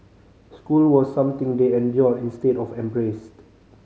school was something they endured instead of embraced